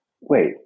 wait